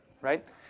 right